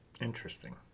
Interesting